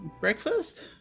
Breakfast